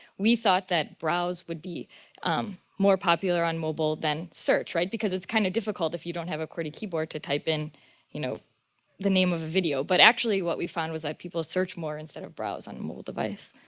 we thought that browse would be more popular on mobile than search, right? because it's kind of difficult if you don't have a qwerty keyboard to type in you know the name of the video. but actually, what we found was that people search more instead of browse on a mobile device.